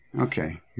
Okay